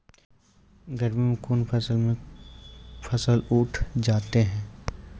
गर्मी मे कम खर्च मे कौन फसल उठ जाते हैं?